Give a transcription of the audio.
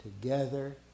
together